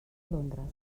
londres